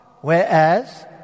whereas